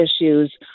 issues